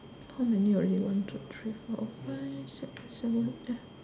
how many already one two three four five six seven eight